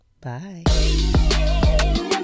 Bye